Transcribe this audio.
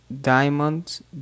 diamonds